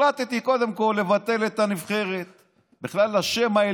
רוב החברות בכלל לא על